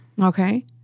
Okay